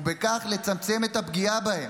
ובכך לצמצם את הפגיעה בהם.